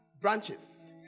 branches